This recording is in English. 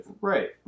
Right